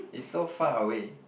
is so far away